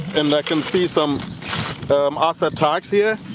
and i can see some um asset tags here.